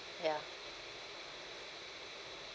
ya